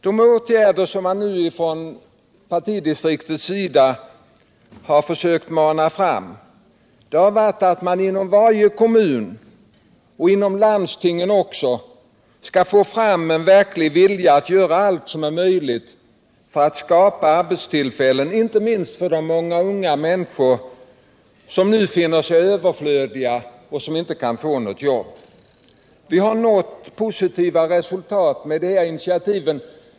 De åtgärder som partidistriktet nu försökt mana fram är att man inom varje kommun och även inom landstingen skall få fram en verklig vilja att göra allt som är möjligt för att skapa arbetstillfällen, inte minst för de många unga människor som nu finner sig överflödiga och som inte kan få något jobb. Vi har nått positiva resultat med de här initiativen.